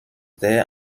der